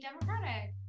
democratic